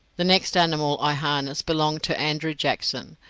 the next animal i harnessed belonged to andrew jackson,